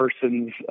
person's